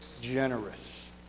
generous